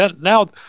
Now